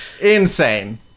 insane